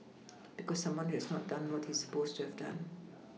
because someone has not done what he is supposed to have done